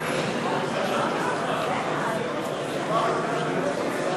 על הסתייגות 147. התוצאות: בעד ההסתייגות,